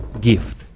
gift